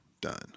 done